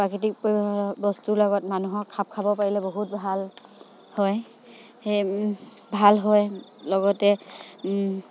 প্ৰাকৃতিক পৰি বস্তুৰ লগত মানুহক খাপ খাব পাৰিলে বহুত ভাল হয় সেই ভাল হয় লগতে